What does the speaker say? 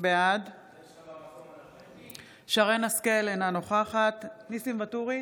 בעד שרן מרים השכל, אינה נוכחת ניסים ואטורי,